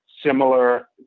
similar